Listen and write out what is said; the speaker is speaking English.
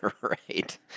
Right